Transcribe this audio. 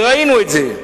ראינו את זה.